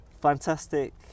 Fantastic